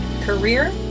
career